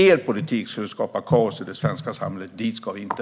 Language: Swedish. Er politik skulle skapa kaos i det svenska samhället. Dit ska vi inte!